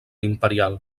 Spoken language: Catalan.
imperial